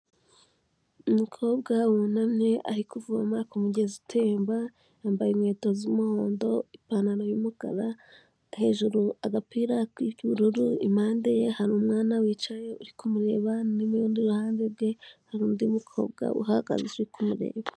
Umukobwa wunamye ari kuvoma ku mugezi utemba, yambaye inkweto z'umuhondo, ipantaro y'umukara, hejuru agapira k'ubururu, impande ye hari umwana wicaye uri kumureba, n'urundi ruhande rwe hari undi mukobwa uhagaze uri kumureba.